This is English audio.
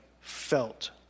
felt